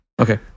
okay